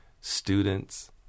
Students